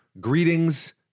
greetings